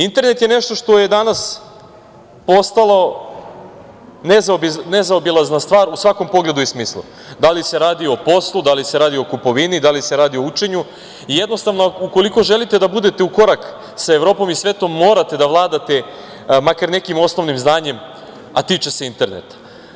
Internet je nešto što je danas postalo nezaobilazna stvar u samom pogledu i smislu, da li se radi o poslu, da li se radi o kupovini, da li se radi o učenju i jednostavno ukoliko želite da budete ukorak sa Evropom i svetom, morate da vladate makar nekim osnovnim znanjem, a tiče se interneta.